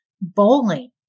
bowling